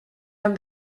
han